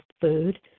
food